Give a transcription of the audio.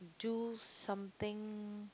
do something